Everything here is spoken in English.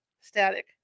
Static